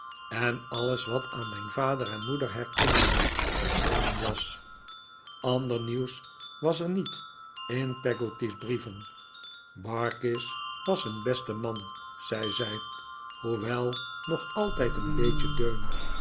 en alles wat aan mijn vader en mijn moeder herinnerde verdwenen was ander nieuws was er niet in peggotty's brieven barkis was een beste man zei zij hoewel nog altijd een beetje deun